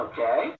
Okay